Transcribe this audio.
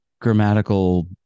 grammatical